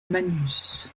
magnus